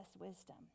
wisdom